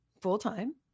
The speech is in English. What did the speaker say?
full-time